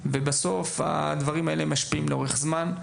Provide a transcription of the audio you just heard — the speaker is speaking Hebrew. ובסוף הדברים האלה משפיעים לאורך זמן,